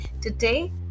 today